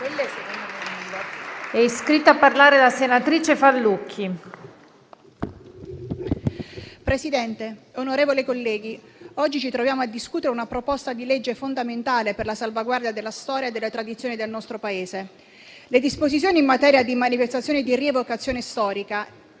Presidente, onorevoli colleghi, oggi ci troviamo a discutere una proposta di legge fondamentale per la salvaguardia della storia e delle tradizioni del nostro Paese. Le disposizioni in materia di manifestazioni di rievocazione storica